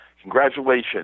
Congratulations